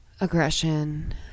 aggression